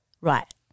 Right